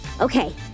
okay